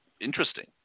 interesting